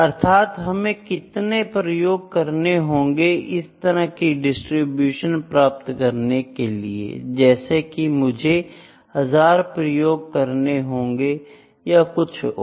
अर्थात हमें कितने प्रयोग करने होंगे इस तरह की डिस्ट्रीब्यूशन प्राप्त करने के लिए जैसे कि मुझे हजार प्रयोग करने होंगे या कुछ और